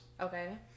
Okay